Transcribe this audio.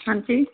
हांजी